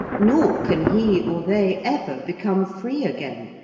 nor can he or they ever become free again,